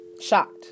Shocked